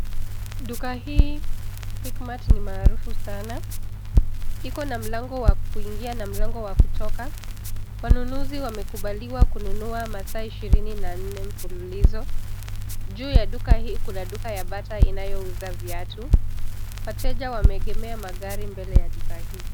Duka hii, 'Quickmart' ni maarufu sana. iko na mlango wa kuingia na mlango wa kutoka. Wanunuzi wamekubaliwa kununua masaa ishirini na nne mfululizo. Juu ya duka hii kuna duka ya Bata inayouza viatu. Wateja wameegemea magari mbele ya duka hii.